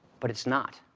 but it's not.